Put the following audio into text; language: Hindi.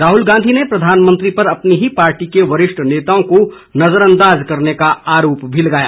राहुल गांधी ने प्रधानमंत्री पर अपनी ही पार्टी के वरिष्ठ नेताओं को नजरअंदाज करने का आरोप भी लगाया